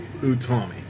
utami